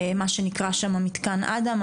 מה שנקרא שם מתקן אדם,